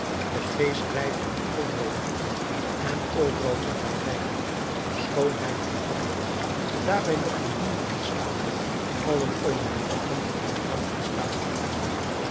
de geest leidde hem overal rond en overal vond hij rijkdom schoonheid en pracht daarbij nog bedienden en slaven allen overeenkomstig hun rang en staat gekleed